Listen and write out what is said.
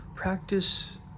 Practice